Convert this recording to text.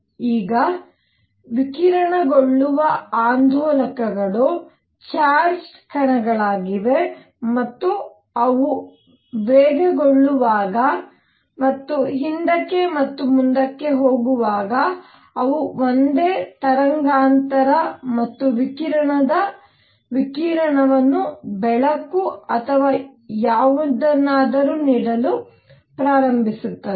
ಈಗ ವಿಕಿರಣಗೊಳ್ಳುವ ಆಂದೋಲಕಗಳು ಚಾರ್ಜ್ಡ್ ಕಣಗಳಾಗಿವೆ ಮತ್ತು ಅವು ವೇಗಗೊಳ್ಳುವಾಗ ಮತ್ತು ಹಿಂದಕ್ಕೆ ಮತ್ತು ಮುಂದಕ್ಕೆ ಹೋಗುವಾಗ ಅವು ಒಂದೇ ತರಂಗಾಂತರ ಮತ್ತು ವಿಕಿರಣದ ವಿಕಿರಣವನ್ನು ಬೆಳಕು ಅಥವಾ ಯಾವುದನ್ನಾದರೂ ನೀಡಲು ಪ್ರಾರಂಭಿಸುತ್ತವೆ